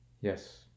yes